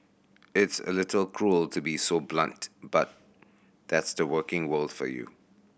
it's a little cruel to be so blunt but that's the working world for you